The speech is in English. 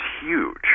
huge